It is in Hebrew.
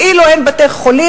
כאילו אין בתי-חולים,